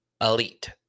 elite